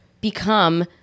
become